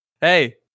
Hey